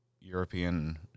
European